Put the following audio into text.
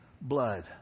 blood